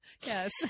yes